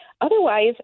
Otherwise